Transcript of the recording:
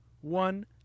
one